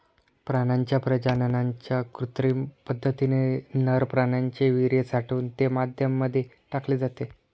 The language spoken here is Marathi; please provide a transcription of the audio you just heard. प्राण्यांच्या प्रजननाच्या कृत्रिम पद्धतीने नर प्राण्याचे वीर्य साठवून ते माद्यांमध्ये टाकले जाते